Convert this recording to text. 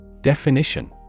Definition